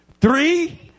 Three